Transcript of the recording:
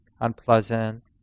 unpleasant